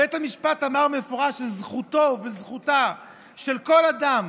בית המשפט אמר במפורש שזכותו של כל אדם,